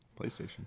PlayStation